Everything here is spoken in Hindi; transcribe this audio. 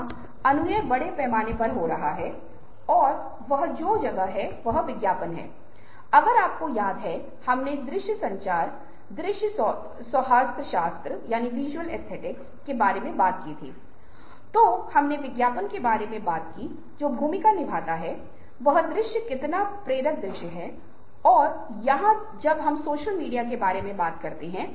यह आत्मा की पुकार है या उच्चतर स्वयं से आध्यात्मिक सहभागिता में आप स्वयं को आध्यात्मिक रूप से सुधार सकते हैं